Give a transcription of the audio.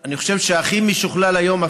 אני חושב שהכי משוכלל היום,